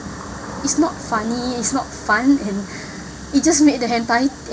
it's not funny it's not fun and it just make the entire